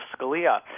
Scalia